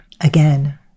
Again